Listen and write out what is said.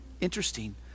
interesting